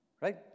right